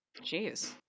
Jeez